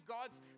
God's